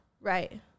Right